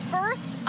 First